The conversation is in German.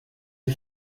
die